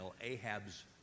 Ahab's